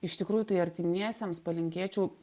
iš tikrųjų tai artimiesiems palinkėčiau